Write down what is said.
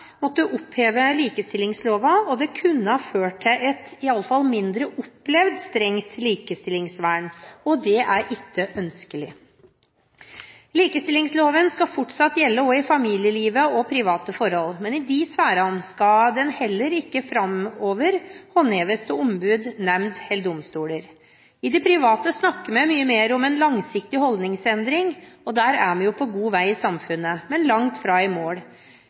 måtte oppheve likestillingsloven. Det kunne ha ført til et i alle fall mindre opplevd – strengt likestillingsvern, og det er ikke ønskelig. Likestillingsloven skal fortsatt gjelde også i familielivet og i private forhold, men i de sfærene skal den heller ikke framover håndheves av ombud, nemnd eller domstoler. I det private snakker vi mye mer om en langsiktig holdningsendring, og der er vi på god vei i samfunnet – men langt fra i mål.